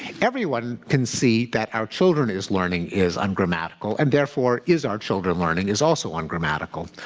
everyone can see that our children is learning is ungrammatical, and therefore is our children learning is also ungrammatical.